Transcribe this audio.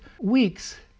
weeks